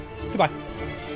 Goodbye